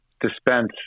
dispense